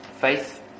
Faith